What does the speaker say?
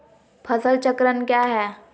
फसल चक्रण क्या है?